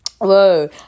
whoa